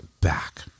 back